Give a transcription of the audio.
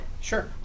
Sure